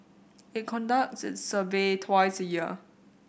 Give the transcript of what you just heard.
it conducts its survey twice a year